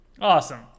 awesome